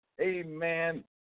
Amen